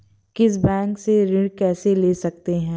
किसी बैंक से ऋण कैसे ले सकते हैं?